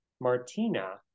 Martina